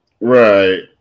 Right